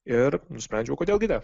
ir nusprendžiau kodėl gi ne